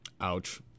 Ouch